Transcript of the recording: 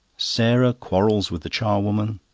sarah quarrels with the charwoman.